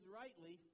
rightly